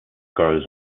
girls